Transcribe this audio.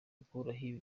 gukuraho